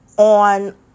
On